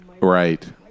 Right